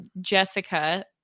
jessica